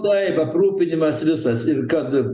taip aprūpinimas visas ir kad